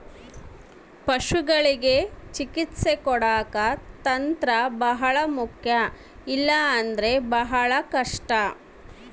ಪಶುಗಳಿಗೆ ಚಿಕಿತ್ಸೆ ಕೊಡಾಕ ತಂತ್ರ ಬಹಳ ಮುಖ್ಯ ಇಲ್ಲ ಅಂದ್ರೆ ಬಹಳ ಕಷ್ಟ